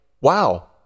wow